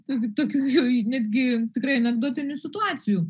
to tokių netgi tikrai anekdotinių situacijų